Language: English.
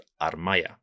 Armaya